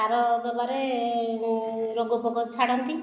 ସାର ଦେବାରେ ରୋଗ ପୋକ ଛାଡ଼ନ୍ତି